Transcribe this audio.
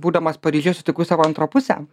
būdamas paryžiuj sutikau savo antrą pusę